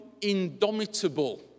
indomitable